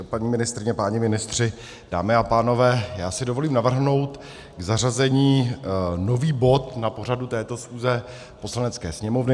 Paní ministryně, páni ministři, dámy a pánové, já si dovolím navrhnout k zařazení nový bod na pořad této schůze Poslanecké sněmovny.